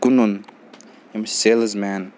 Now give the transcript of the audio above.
کٕنُن یِم sales main